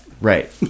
Right